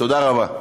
תודה רבה.